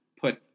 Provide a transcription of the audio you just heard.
put